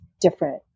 different